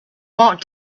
want